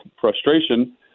frustration